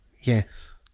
Yes